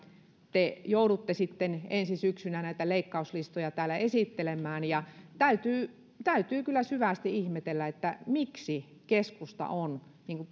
te joudutte ensi syksynä näitä leikkauslistoja täällä esittelemään ja täytyy täytyy kyllä syvästi ihmetellä miksi keskusta on